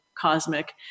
cosmic